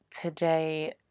Today